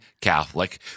Catholic